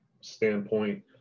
standpoint